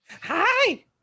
Hi